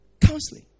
Counseling